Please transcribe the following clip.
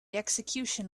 execution